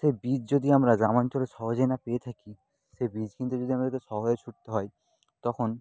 সে বীজ যদি আমরা গ্রামাঞ্চলে সহজে না পেয়ে থাকি সে বীজ কিনতে যদি আমাদেরকে শহরে ছুটতে হয় তখন